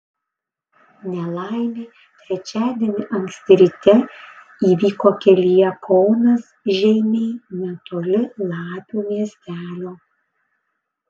nelaimė trečiadienį anksti ryte įvyko kelyje kaunas žeimiai netoli lapių miestelio